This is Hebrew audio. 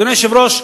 אדוני היושב-ראש,